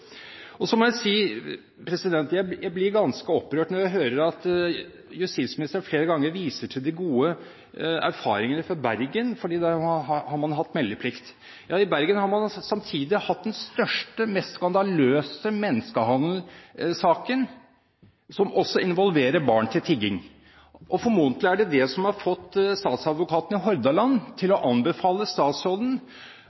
den. Så må jeg si at jeg blir ganske opprørt når jeg hører at justisministeren flere ganger viser til de gode erfaringene fra Bergen, fordi man har hatt meldeplikt der. I Bergen har man samtidig hatt den største, mest skandaløse menneskehandelsaken, som også involverer å bruke barn til tigging. Formodentlig er det det som har fått statsadvokaten i Hordaland,